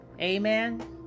Amen